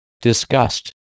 Disgust